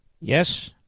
Yes